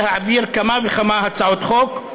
להעביר כמה וכמה הצעות חוק,